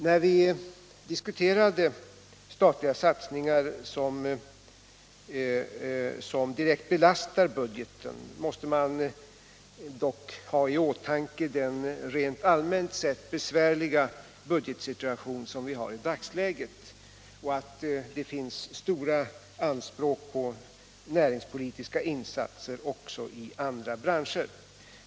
När vi diskuterar statliga satsningar som direkt belastar budgeten måste vi dock ha i åtanke den rent allmänt besvärliga budgetsituation som vi har i dagsläget och att det finns stora anspråk på näringspolitiska insatser också inom andra branscher.